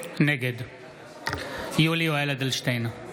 נגד יולי יואל אדלשטיין,